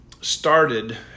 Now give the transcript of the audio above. started